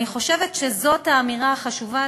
אני חושבת שזו האמירה החשובה,